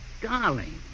Darling